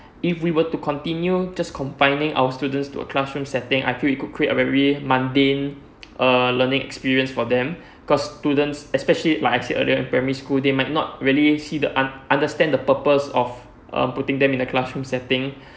if we were to continue just confining our students to a classroom setting I feel it could create a very mundane err learning experience for them because students especially like I said earlier in primary school they might not really see the un~ understand the purpose of um putting them in a classroom setting